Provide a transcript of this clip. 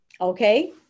okay